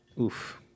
Oof